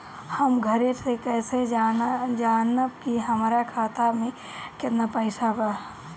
हम घरे से कैसे जानम की हमरा खाता मे केतना पैसा बा?